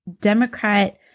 Democrat